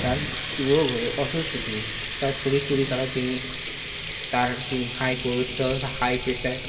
তার রোগ হয়ে অসুস্থ তিনি তার শরীর খুবই খারাপ তিনি তার তিনি হাই কোলেস্টেরল হাই প্রেসার